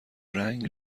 رنگ